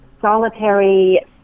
solitary